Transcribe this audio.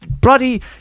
bloody